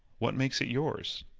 what makes it yours?